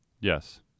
yes